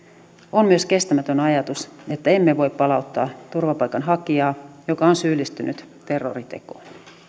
on myös kestämätön ajatus että emme voi palauttaa turvapaikanhakijaa joka on syyllistynyt terroritekoon